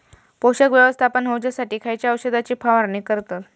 पोषक व्यवस्थापन होऊच्यासाठी खयच्या औषधाची फवारणी करतत?